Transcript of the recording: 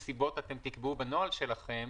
בא ספק הגז,